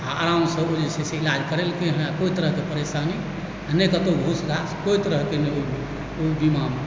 आओर आरामसँ ओ जे छै से इलाज करेलकै हँ आओर कोनो तरहके परेशानी नहि कतहु घुस घास कोनो तरहके नहि ओइ बीमामे